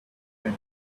wind